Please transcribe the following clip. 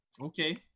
Okay